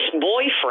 boyfriend